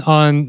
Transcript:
on